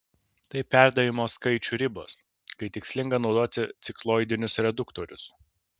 tai perdavimo skaičių ribos kai tikslinga naudoti cikloidinius reduktorius